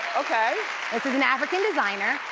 okay this is an african designer.